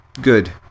good